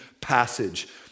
passage